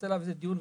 נעשה עליו דיון,